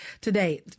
Today